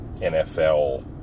NFL